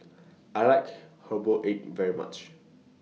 I like Herbal Egg very much